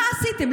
מה עשיתם?